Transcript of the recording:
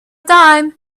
dime